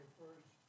first